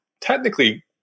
technically